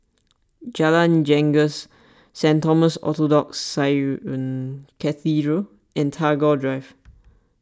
Jalan Janggus Saint Thomas Orthodox Syrian Cathedral and Tagore Drive